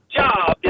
job